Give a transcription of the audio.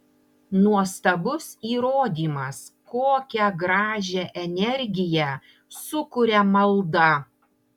nuostabus įrodymas kokią gražią energiją sukuria malda